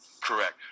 correct